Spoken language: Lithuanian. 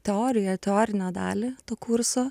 teoriją teorinę dalį to kurso